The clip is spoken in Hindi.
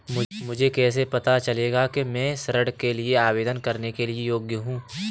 मुझे कैसे पता चलेगा कि मैं ऋण के लिए आवेदन करने के योग्य हूँ?